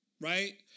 Right